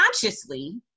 consciously